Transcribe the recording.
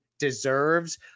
deserves